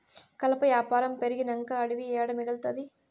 కలప యాపారం పెరిగినంక అడివి ఏడ మిగల్తాది